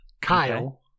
Kyle